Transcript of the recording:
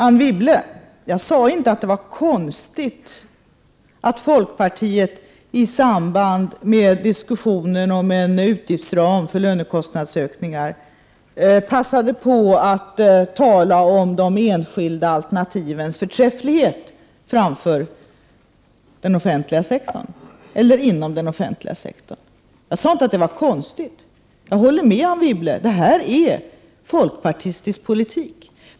Anne Wibble, jag sade inte att det var konstigt att folkpartiet i samband med diskussionen om en utgiftsram för lönekostnadsökningar passade på att tala om de enskilda alternativens förträfflighet framför den offentlig sektorns. Jag håller med Anne Wibble om att det är en folkpartistisk politik.